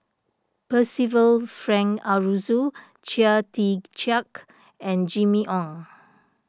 Percival Frank Aroozoo Chia Tee Chiak and Jimmy Ong